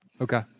Okay